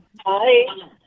Hi